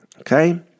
Okay